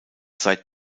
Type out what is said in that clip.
seit